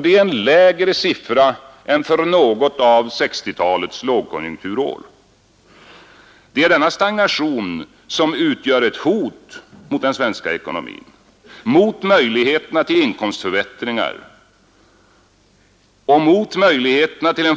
Det är en lägre siffra än för något av 1960-talets lågkonjunkturår. Det är denna stagnation som utgör ett hot mot den svenska ekonomin, mot möjligheterna till inkomstförbättringar och